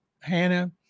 Hannah